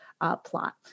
plot